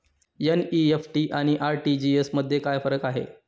NEFT आणि RTGS मध्ये काय फरक आहे?